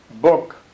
book